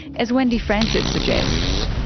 as wendy francis suggests.